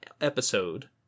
episode